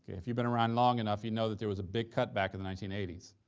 if you've been around long enough, you know that there was a big cutback in the nineteen eighty s